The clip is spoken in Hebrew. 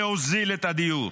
להוזיל את הדיור,